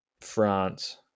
France